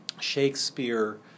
Shakespeare